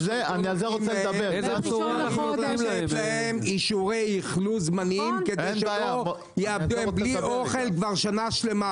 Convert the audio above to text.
אין להם אישורי אכלוס זמניים; הם בלי אוכל כבר שנה שלמה,